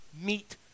meet